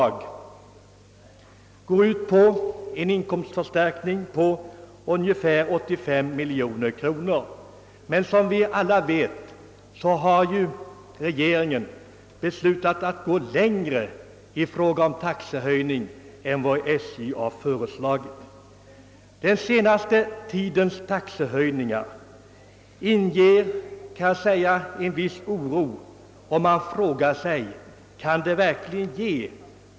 SJ räknar med en inkomstförstärkning på cirka 85 miljoner kronor, men som vi alla vet har regeringen beslutat att gå längre i fråga om taxehöjning än SJ föreslagit. Den senaste tidens taxehöjningar inger en viss oro.